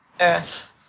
Earth